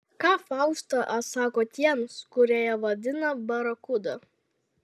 ką fausta atsako tiems kurie ją vadina barakuda